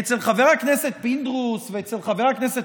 אצל חבר הכנסת פינדרוס ואצל חבר הכנסת